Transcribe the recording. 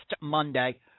Monday